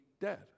dead